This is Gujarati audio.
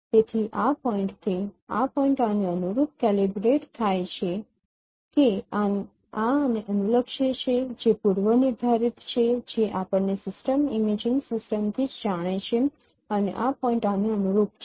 તેથી આ પોઈન્ટથી આ પોઈન્ટ આને અનુરૂપ કેલિબ્રેટ થાય છે કે આ આને અનુલક્ષે છે જે પૂર્વનિર્ધારિત છે જે આપણને સિસ્ટમ ઇમેજિંગ સિસ્ટમથી જ જાણે છે અને આ પોઈન્ટ આને અનુરૂપ છે